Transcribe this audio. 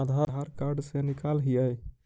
आधार card से निकाल हिऐ?